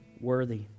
worthy